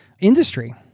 industry